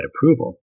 approval